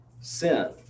sin